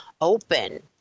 open